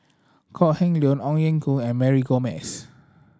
Kok Heng Leun Ong Ye Kung and Mary Gomes